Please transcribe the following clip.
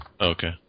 Okay